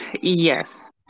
yes